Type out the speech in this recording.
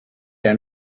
der